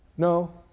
No